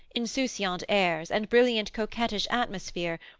insouciant airs and brilliant, coquettish atmosphere,